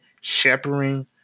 shepherding